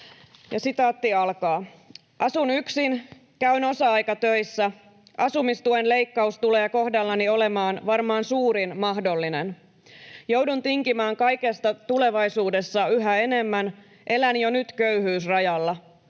syömistä.” ”Asun yksin, käyn osa-aikatöissä. Asumistuen leikkaus tulee kohdallani olemaan varmaan suurin mahdollinen. Joudun tinkimään kaikesta tulevaisuudessa yhä enemmän, elän jo nyt köyhyysrajalla.